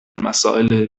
مسائل